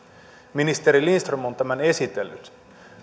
ministeri lindström on tämän esitellyt